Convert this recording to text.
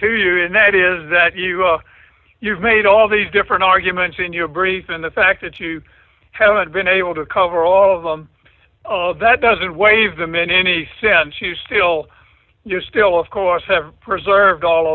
to you and that is that you you've made all these different arguments in your brief and the fact that you haven't been able to cover all of them oh that doesn't waive them in any sense you still do still of course have preserved all